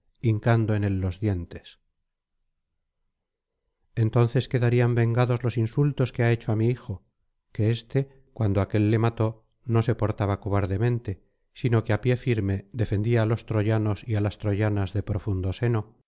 hincando en él los dientes entonces quedarían vengados los insultos que ha hecho á mi hijo que éste cuando aquél le mató no se portaba cobardemente sino que á pie firme defendía á los troyanos y á las troyanas de profundo seno